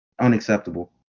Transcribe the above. Unacceptable